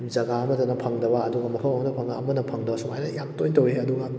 ꯖꯒꯥ ꯑꯃꯗꯅ ꯐꯪꯗꯕ ꯑꯗꯨꯒ ꯃꯐꯝ ꯑꯃꯗꯅ ꯐꯪꯂꯒ ꯑꯃꯅ ꯐꯪꯗꯕ ꯁꯨꯃꯥꯏꯅ ꯌꯥꯝ ꯇꯣꯏꯅ ꯇꯧꯏ ꯑꯗꯨꯒ